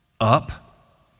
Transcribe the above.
Up